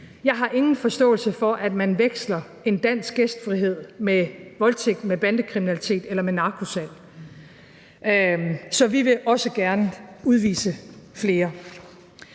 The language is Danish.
Jeg har ingen forståelse for, at man veksler en dansk gæstfrihed med voldtægt, med bandekriminalitet eller med narkosalg. Så vi vil også gerne udvise flere.